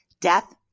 death